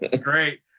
Great